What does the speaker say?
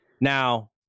Now